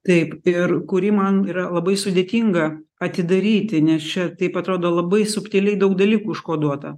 taip ir kuri man yra labai sudėtinga atidaryti nes čia taip atrodo labai subtiliai daug dalykų užkoduota